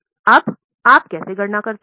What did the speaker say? अब आप कैसे गणना करते हैं